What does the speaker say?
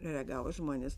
reagavo žmonės